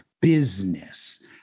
business